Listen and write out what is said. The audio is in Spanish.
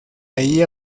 allí